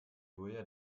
julia